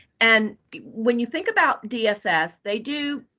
and when you think about dss, they do